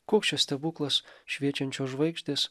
koks stebuklas šviečiančios žvaigždės